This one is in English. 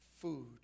food